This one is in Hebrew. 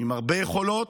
עם הרבה יכולות,